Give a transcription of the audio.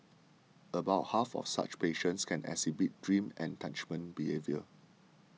about half of such patients can exhibit dream enactment behaviour